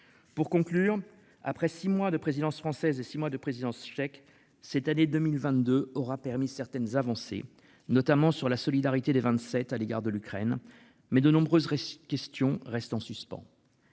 Pour conclure après 6 mois de présidence française et 6 mois de présidence tchèque cette année 2022 aura permis certaines avancées, notamment sur la solidarité des 27 à l'égard de l'Ukraine. Mais de nombreuses questions restent en suspens.